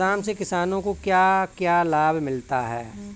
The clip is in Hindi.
गोदाम से किसानों को क्या क्या लाभ मिलता है?